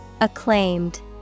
Acclaimed